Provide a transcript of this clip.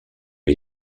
lui